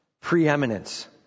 Preeminence